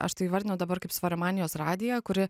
aš tai įvardinu dabar kaip svorio manijos radiją kuri